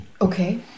Okay